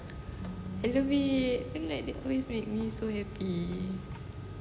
ya lah babies they not they always makes me so happy